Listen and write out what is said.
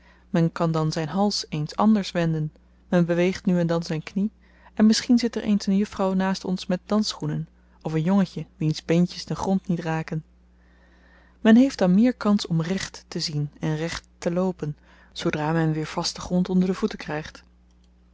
men kan dan zyn hals eens anders wenden men beweegt nu en dan zyn knie en misschien zit er eens een juffrouw naast ons met dansschoenen of een jongetje wiens beentjes den grond niet raken men heeft dan meer kans om recht te zien en recht te loopen zoodra men weer vasten grond onder de voeten krygt